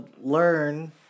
learn